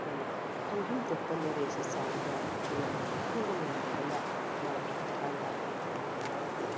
ꯑꯩꯈꯣꯏꯅ ꯈꯪꯐꯝꯊꯣꯛꯄ ꯅꯣꯂꯦꯖꯀꯤ ꯆꯥꯡꯗꯣ ꯌꯧꯅ ꯈꯪꯕ ꯉꯝꯗꯕꯅ ꯃꯔꯝ ꯑꯣꯏꯔꯀꯥꯟꯗ ꯌꯥꯝꯅ ꯅꯨꯡꯉꯥꯏꯇꯦ